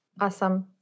Awesome